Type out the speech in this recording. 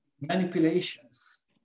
manipulations